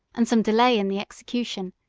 and some delay in the execution,